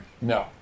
No